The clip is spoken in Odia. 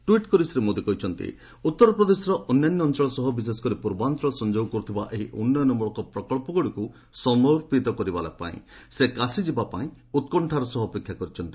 ଟ୍ୱିଟ୍ କରି ଶ୍ରୀ ମୋଦି କହିଛନ୍ତି ଉତ୍ତର ପ୍ରଦେଶର ଅନ୍ୟ ଅଞ୍ଚଳ ସହ ବିଶେଷକରି ପୂର୍ବାଞ୍ଚଳ ସଂଯୋଗ କର୍ତ୍ତିବା ଏହି ଉନ୍ନୟନମଳକ ପ୍ରକଳ୍ପଗୁଡ଼ିକୁ ସମର୍ପିତ କରିବାପାଇଁ ସେ କାଶୀ ଯିବାଲାଗି ଉତ୍କଣ୍ଠାର ସହ ଅପେକ୍ଷା କରିଛନ୍ତି